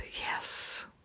Yes